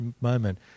moment